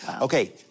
Okay